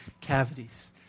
cavities